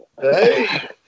Hey